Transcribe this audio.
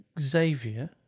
Xavier